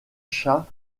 shah